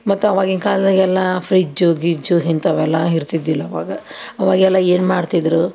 ಮತ್ತು ಅವಾಗಿನ ಕಾಲದಾಗೆಲ್ಲಾ ಫ್ರಿಜ್ಜು ಗಿಜ್ಜು ಇಂಥವೆಲ್ಲ ಇರ್ತಿದ್ದಿಲ್ಲ ಅವಾಗ ಅವಾಗೆಲ್ಲ ಏನು ಮಾಡ್ತಿದ್ದರು